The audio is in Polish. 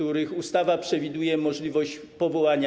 Ustawa przewiduje możliwość ich powołania.